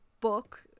book